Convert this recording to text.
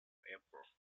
airport